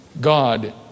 God